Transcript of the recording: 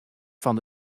fan